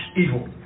evil